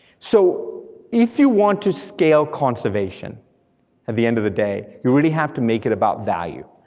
so if you want to scale conservation at the end of the day, you really have to make it about value.